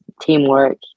teamwork